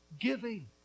giving